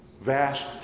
vast